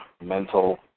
mental